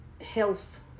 health